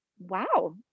Wow